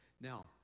Now